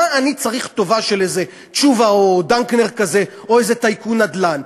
מה אני צריך טובה של תשובה או דנקנר כזה או איזה טייקון נדל"ן?